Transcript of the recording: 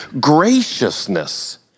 graciousness